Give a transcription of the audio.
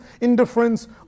indifference